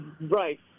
right